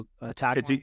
attack